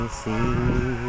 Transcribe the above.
see